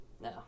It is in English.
No